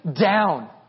down